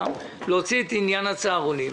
להוציא את עניין הצהרונים,